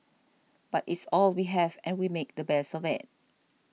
but it's all we have and we make the best of it